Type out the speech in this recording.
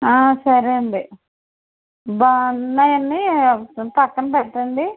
సరే అండి బాగున్నవి అన్ని పక్కన పెట్టండి